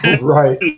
right